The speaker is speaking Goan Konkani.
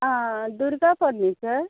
आं दुर्गा फर्निचर